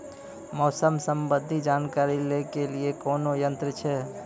मौसम संबंधी जानकारी ले के लिए कोनोर यन्त्र छ?